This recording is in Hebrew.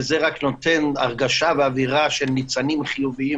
זה רק נותן הרגשה ואווירה של ניצנים חיוביים